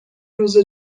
روز